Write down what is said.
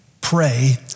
pray